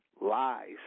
lies